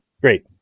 Great